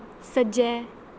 सज्जै